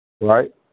Right